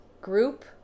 Group